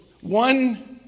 one